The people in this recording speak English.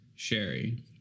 Sherry